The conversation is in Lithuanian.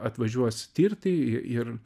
atvažiuos tirti ir